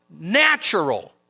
natural